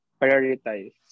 prioritize